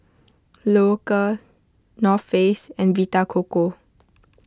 Loacker North Face and Vita Coco